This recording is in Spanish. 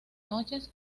noches